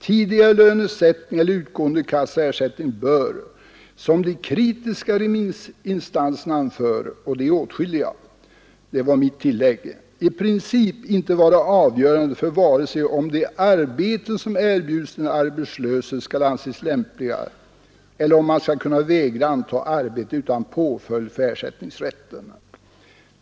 Tidigare lönesättning eller utgående kassaersättning bör, som de kritiska remissinstanserna anför” — och de är åtskilliga — ”i princip inte vara avgörande för vare sig om de arbeten som erbjuds den arbetssökande skall anses lämpliga eller om han skall kunna vägra anta arbetet utan påföljd för ersättningsrätten.